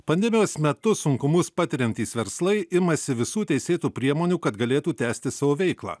pandemijos metu sunkumus patiriantys verslai imasi visų teisėtų priemonių kad galėtų tęsti savo veiklą